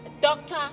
Doctor